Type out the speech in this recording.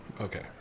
Okay